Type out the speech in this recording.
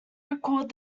record